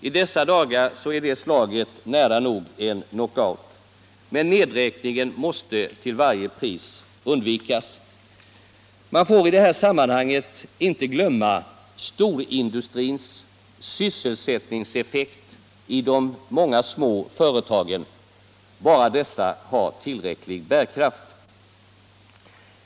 I dessa dagar är slaget nära nog en knockout. Men nedräkningen måste till varje pris undvikas. Man får i sammanhanget inte glömma storindustrins sysselsättningseffekt i de många små företagen — bara dessa har tillräcklig bärkraft.